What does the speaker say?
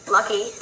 Lucky